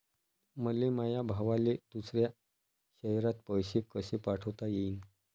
मले माया भावाले दुसऱ्या शयरात पैसे कसे पाठवता येईन?